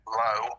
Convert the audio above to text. low